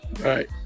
Right